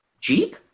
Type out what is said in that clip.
Jeep